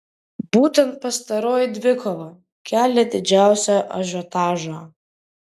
būtent pastaroji dvikova kelia didžiausią ažiotažą